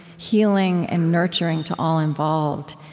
healing, and nurturing to all involved.